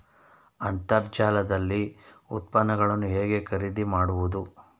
ಅಂತರ್ಜಾಲದಲ್ಲಿ ಉತ್ಪನ್ನಗಳನ್ನು ಹೇಗೆ ಖರೀದಿ ಮಾಡುವುದು?